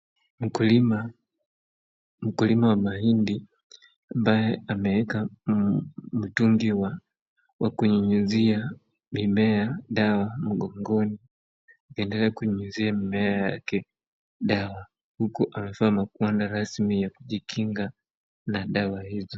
Mkulima wa mahindi ambaye ameeka mtungi wa kunyunyizia mimea dawa mgongoni, akiendele kunyunyizia mimea yake dawa, huku amevaa magwanda rasmi ya kujikinga na dawa hizo.